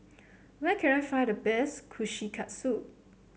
where can I find the best Kushikatsu